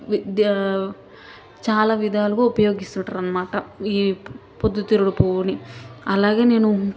వి ధా చాలా విధాలుగా ఉపయోగిస్తుంటారన్నమాట ఈ పొద్దుతిరుగుడుపువ్వుని అలాగే నేను